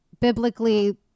biblically